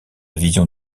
vision